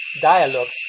dialogues